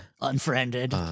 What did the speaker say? Unfriended